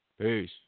Peace